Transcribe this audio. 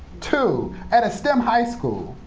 two. at a stem high school.